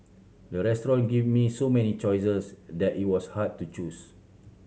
the restaurant give me so many choices that it was hard to choose